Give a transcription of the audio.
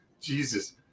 Jesus